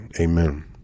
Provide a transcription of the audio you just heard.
Amen